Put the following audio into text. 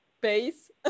base